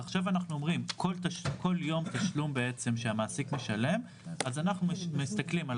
עכשיו אנחנו אומרים שכל יום שהמעסיק משלם אז אנחנו מסתכלים על